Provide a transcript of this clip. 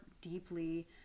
deeply